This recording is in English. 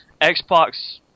Xbox